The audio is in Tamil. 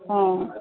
ஆ